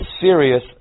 serious